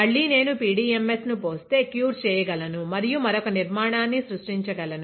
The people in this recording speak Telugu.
మళ్లీ నేను పిడిఎంఎస్ ను పోస్తే క్యూర్ చేయగలను మరియు మరొక నిర్మాణాన్ని సృష్టించగలను